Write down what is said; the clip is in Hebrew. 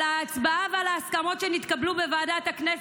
על ההצבעה ועל ההסכמות שנתקבלו בוועדת הכנסת,